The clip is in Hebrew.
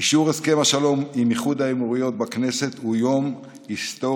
אישור הסכם השלום עם איחוד האמירויות בכנסת הוא יום היסטורי,